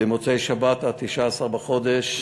במוצאי-שבת, 19 בחודש,